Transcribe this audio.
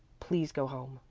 please go home.